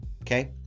okay